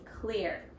clear